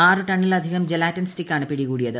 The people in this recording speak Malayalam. ആറു ടണ്ണിലധികം ജലാറ്റിൻ സ്റ്റിക്കാണ് പിടികൂടിയത്